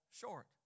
short